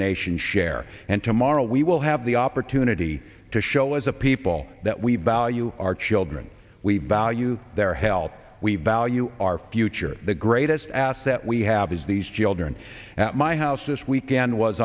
nation share and tomorrow we will have the opportunity to show as a people that we value our children we value their help we value our future the greatest asset we have is these children at my house this weekend was